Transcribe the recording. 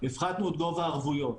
הפחתנו את גובה הערבויות